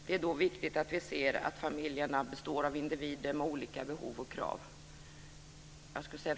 Det är då viktigt att vi ser att familjerna består av individer med olika behov och krav.